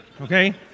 okay